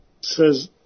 says